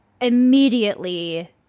immediately